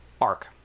arc